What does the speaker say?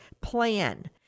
plan